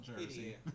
jersey